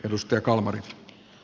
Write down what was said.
edustaja kalmarinsta